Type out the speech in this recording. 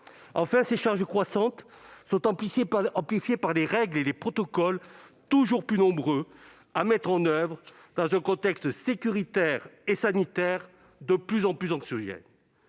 Enfin, ces charges croissantes sont amplifiées par les règles et protocoles, toujours plus nombreux à mettre en oeuvre, dans un contexte sécuritaire et sanitaire de plus en plus anxiogène.